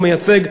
הוא מייצג,